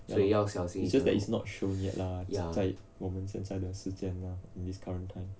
ya it's just that it's not shown yet lah 在在我们心中的时间啦 this current time